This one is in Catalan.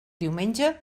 diumenge